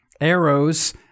arrows